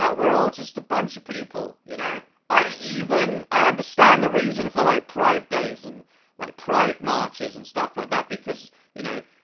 we're all just a bunch of people you know. i even. i understand the reason for like pride days and like pride marches and stuff like that because you know.